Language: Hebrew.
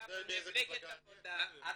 איזו מפלגה אני אתה יודע?